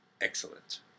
excellent